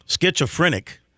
schizophrenic